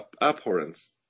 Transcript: Abhorrence